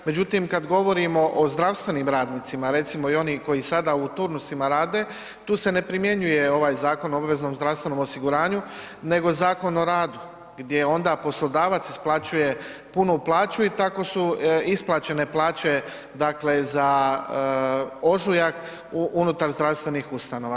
Međutim, kad govorimo o zdravstvenim radnicima, recimo i onih koji sada u turnusima rade, tu se ne primjenjuje ovaj Zakon o obveznom zdravstvenom osiguranju, nego Zakon o radu gdje onda poslodavac isplaćuje punu plaću i tako su isplaćene plaće, dakle za ožujak unutar zdravstvenih ustanova.